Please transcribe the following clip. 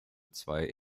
zwei